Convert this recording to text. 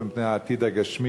זה היום שבו הגיעו